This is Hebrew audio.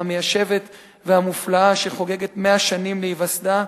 המיישבת והמופלאה שחוגגת 100 שנים להיווסדה,